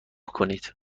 کنید